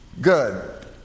good